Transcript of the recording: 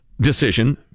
decision